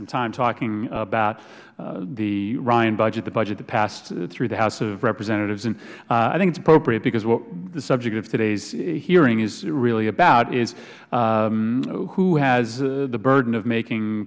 some time talking about the ryan budget the budget that passed through the house of representatives and i think it's appropriate because what the subject of today's hearing is really about is who has the burden of making